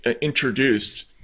introduced